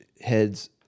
heads